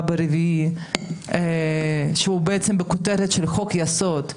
ביום רביעי - והיא בעצם עם כותרת של חוק יסוד,